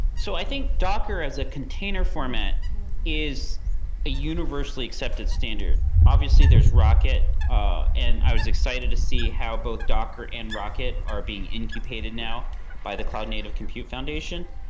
so i think docker as a container format is a universally accepted standard. obviously, there's rocket, ah and i was excited to see how both docker and rocket are incubated now by the cloud native compute foundation